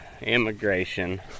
Immigration